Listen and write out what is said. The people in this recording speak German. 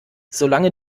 solange